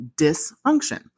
dysfunction